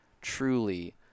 truly